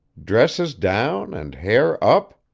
dresses down, and hair up.